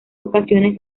ocasiones